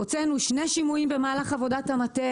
הוצאנו שני שימועים במהלך עבודת המטה.